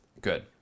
good